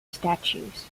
statues